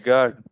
God